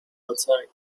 outside